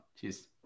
Cheers